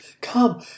Come